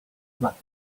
black